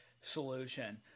solution